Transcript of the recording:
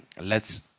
lets